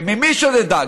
וממי היא שדדה?